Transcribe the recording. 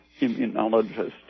immunologist